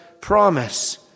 promise